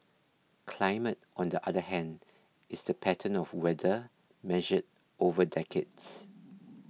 climate on the other hand is the pattern of weather measured over decades